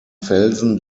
felsen